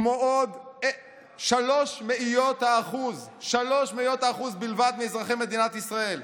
כמו עוד 0.03% 0.03% בלבד, מאזרחי מדינת ישראל,